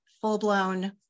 full-blown